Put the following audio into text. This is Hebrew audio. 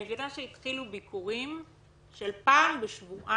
אני מבינה שהתחילו ביקורים של פעם בשבועיים